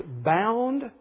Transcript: bound